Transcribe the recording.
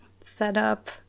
setup